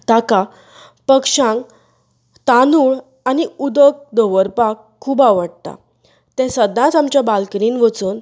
ताका पक्षांक तांदूळ आनी उदक दवरपाक खूब आवडटा ते सदांच आमच्या बाल्कनींत वचून